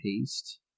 paste